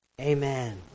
Amen